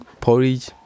porridge